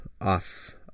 off